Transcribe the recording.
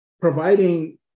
providing